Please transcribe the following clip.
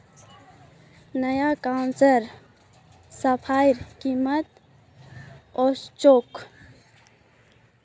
नया काउंसलर सफाईर कामत उत्सुक छ